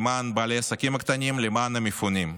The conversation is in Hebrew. למען בעלי העסקים הקטנים, למען המפונים,